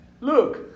look